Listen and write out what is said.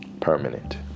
permanent